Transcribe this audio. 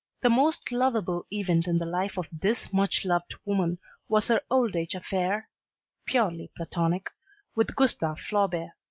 the most lovable event in the life of this much loved woman was her old age affair purely platonic with gustave flaubert.